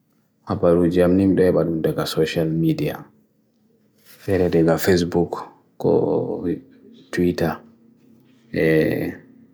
Aparujiam nimday barumdega social media. Fere dega Facebook ko Twitter.